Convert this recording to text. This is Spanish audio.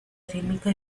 rítmica